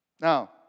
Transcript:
Now